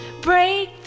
break